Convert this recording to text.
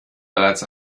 bereits